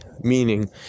meaning